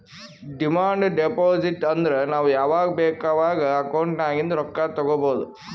demand deposit ಅಂದುರ್ ನಾವ್ ಯಾವಾಗ್ ಬೇಕ್ ಅವಾಗ್ ಅಕೌಂಟ್ ನಾಗಿಂದ್ ರೊಕ್ಕಾ ತಗೊಬೋದ್